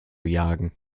jagen